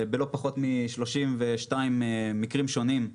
בלא פחות מ-32 מקרים שונים,